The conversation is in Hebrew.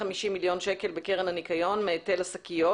מיליון שקל בקרן הניקיון מהיטל השקיות.